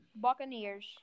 Buccaneers